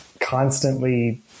constantly